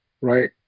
right